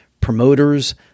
promoters